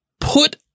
put